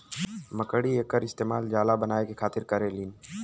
मकड़ी एकर इस्तेमाल जाला बनाए के खातिर करेलीन